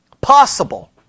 Possible